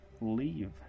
Leave